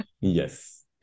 Yes